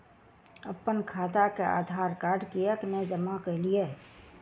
अप्पन खाता मे आधारकार्ड कियाक नै जमा केलियै?